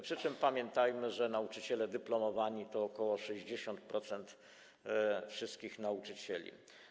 Przy czym pamiętajmy, że nauczyciele dyplomowani to ok. 60% wszystkich nauczycieli.